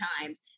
times